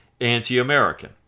anti-American